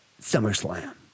SummerSlam